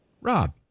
Rob